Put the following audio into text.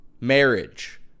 marriage